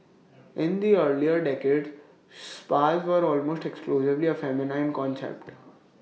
in the earlier decades spas were almost exclusively A feminine concept